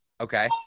Okay